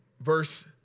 Verse